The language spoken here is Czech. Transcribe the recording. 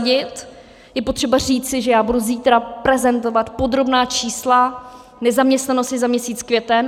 Je potřeba říci, že já budu zítra prezentovat podrobná čísla nezaměstnanosti za měsíc květen.